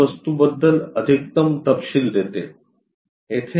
हे वस्तू बद्दल अधिकतम तपशील देते